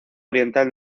oriental